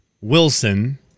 Wilson